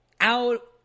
out